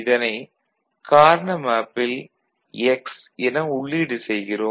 இதனை காரனா மேப்பில் X என உள்ளீடு செய்கிறோம்